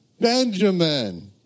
Benjamin